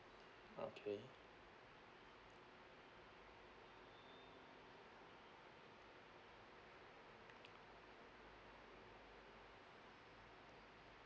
okay